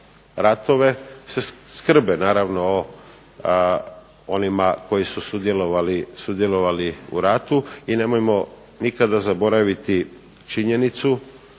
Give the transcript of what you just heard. ratove se skrbe naravno o onima koji su sudjelovali u ratu. I nemojmo nikada zaboraviti činjenicu